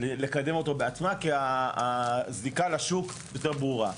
לקדם אותו בעצמה, כי הזיקה לשוק יותר ברורה.